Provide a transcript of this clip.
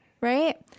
right